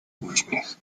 uśmiech